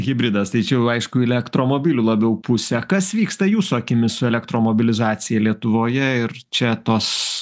hibridas tai čia jau aišku į elektromobilių labiau pusę kas vyksta jūsų akimis su elektromobilizacija lietuvoje ir čia tos